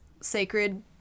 sacred